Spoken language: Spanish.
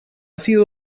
sido